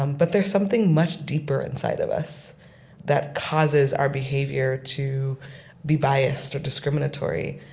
um but there's something much deeper inside of us that causes our behavior to be biased or discriminatory.